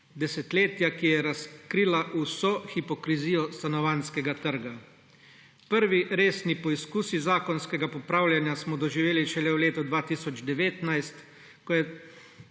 desetletja, ki je razkrila vso hipokrizijo stanovanjskega trga. Prve resne poizkuse zakonskega popravljanja smo doživeli šele v letu 2019, ko je